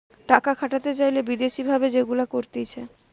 টাকা খাটাতে চাইলে বিদেশি ভাবে যেগুলা করতিছে